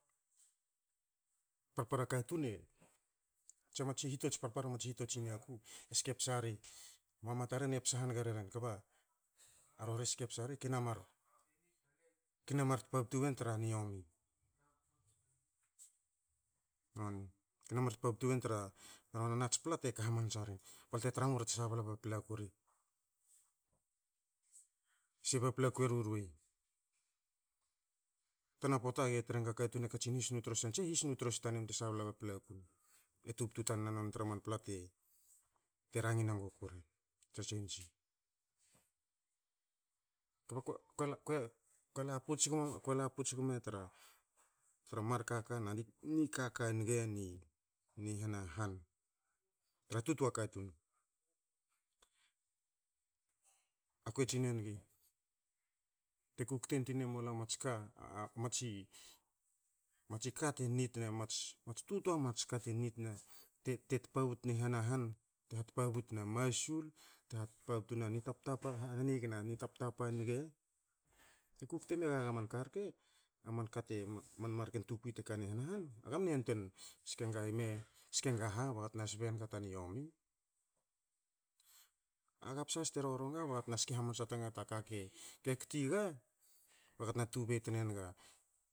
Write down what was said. Parpara katun e, tsia matsi hitots parpara matsi hitots i niaku, e ske psa ri, mama taren e posa haniga reren, kba a rori e ske psa ri ke na mar ke na mar tpabtu wen tara ni yome. tna mar tpabtu wen tra non a tsi pla te ka hamansa rin, balte tra mu ba rori te sabla paplaku ri, sei paplaku eru ru rwei. Tana poata ge trenga katun e katsin his nu trossi, tse his nu trossu tanen bte sabla paplaku ne. E tubtu tan na tra man pla te rangin enguku rek tra tsensi. ko laputs gme- ko laputs gme tra, tra mar kaka na nikaka nge ni hanahan tra tutwa katun. A kue tsin engi te kukten twine mulu a mats ka a matsi ka te nit ne a mats tutwa mats ka te nit na te- te tpabut ni henahan, te hatpabut na masul, te hatpabut na ni taptapa niga, te kukte megaga man ka rke, a man ka te, man marken tukwi te kani henahan, aga mne yantwein sken ga ime, ske nga ha baga tna sbe nga ta ni yomi. aga psa has te roro nga baga tna tena ske hamansa tnenga ta ka ke kti ga, baga tena tubei tnenga